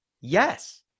yes